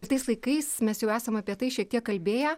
tais laikais mes jau esam apie tai šiek tiek kalbėję